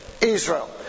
Israel